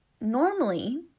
normally